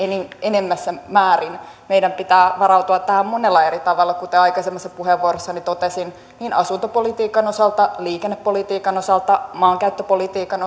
enemmässä määrin meidän pitää varautua tähän monella eri tavalla kuten aikaisemmassa puheenvuorossani totesin niin asuntopolitiikan osalta liikennepolitiikan osalta maankäyttöpolitiikan